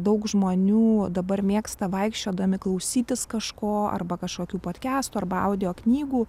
daug žmonių dabar mėgsta vaikščiodami klausytis kažko arba kažkokių patkęstų arba audio knygų